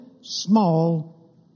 small